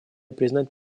признать